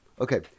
okay